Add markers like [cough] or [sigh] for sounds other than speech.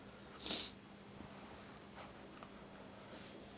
[breath]